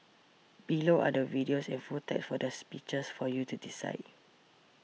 below are the videos and full text for the speeches for you to decide